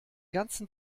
ganzen